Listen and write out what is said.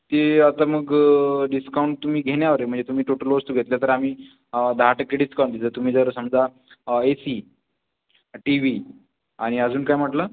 ते आता मग डिस्काऊन तुम्ही घेण्यावर आहे म्हणजे तुम्ही टोटल वस्तू घेतल्या तर आम्ही दहा टक्के डिस्काऊंट देऊ जर तुम्ही जर समजा ए सी टी वी आणि अजून काय म्हटलं